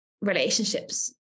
relationships